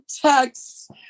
text